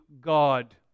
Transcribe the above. God